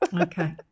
Okay